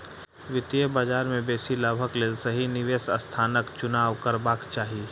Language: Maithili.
वित्तीय बजार में बेसी लाभक लेल सही निवेश स्थानक चुनाव करबाक चाही